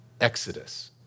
exodus